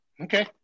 Okay